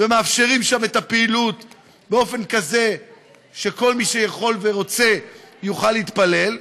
ומאפשרים שם את הפעילות באופן כזה שכל מי שיכול ורוצה יוכל להתפלל,